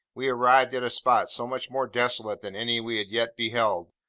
we arrived at a spot so much more desolate than any we had yet beheld,